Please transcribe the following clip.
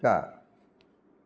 चार